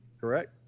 Correct